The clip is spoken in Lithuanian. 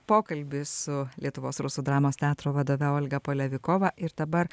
pokalbis su lietuvos rusų dramos teatro vadove olga polevikova ir dabar